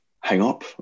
hang-up